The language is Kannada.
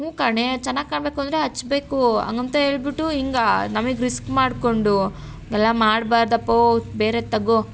ಹ್ಞೂ ಕಣೇ ಚೆನ್ನಾಗಿ ಕಾಣಬೇಕು ಅಂದರೆ ಹಚ್ಬೇಕು ಹಂಗಂತ ಹೇಳಿಬಿಟ್ಟು ಹೀಗ ನಮಗ್ ರಿಸ್ಕ್ ಮಾಡಿಕೊಂಡು ಹಾಗೆಲ್ಲ ಮಾಡಬಾರ್ದಪ್ಪೋ ಬೇರೆದು ತಗೋ